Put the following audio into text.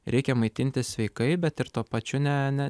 reikia maitintis sveikai bet ir tuo pačiu ne ne